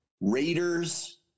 Raiders